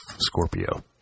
Scorpio